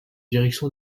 direction